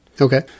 Okay